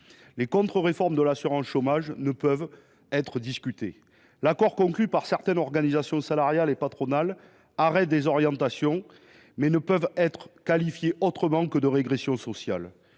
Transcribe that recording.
Les contre réformes de l’assurance chômage ne peuvent être discutées. L’accord conclu par certaines organisations salariales et patronales arrête des orientations qui ne sont rien d’autre que de la régression sociale.